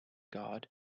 god